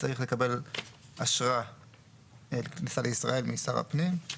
צריך לקבל אשרת כניסה לישראל משר הפנים.